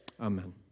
Amen